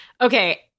Okay